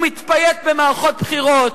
הוא מתפייט במערכות בחירות,